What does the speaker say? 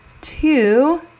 Two